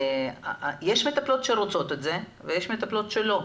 יש מטפלות שרוצות את זה ויש מטפלות שלא.